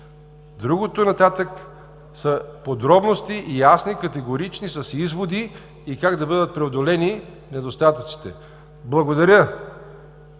Другото нататък са подробности – ясни, категорични, с изводи и как да бъдат преодолени недостатъците. Благодаря,